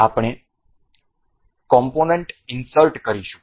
આપણે component insert કરીશું